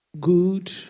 Good